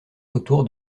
autour